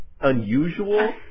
unusual